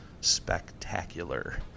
spectacular